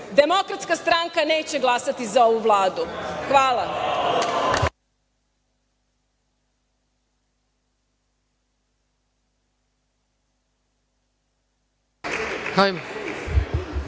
vladanje. Demokratska stranka neće glasati za ovu Vladu. Hvala.